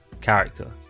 character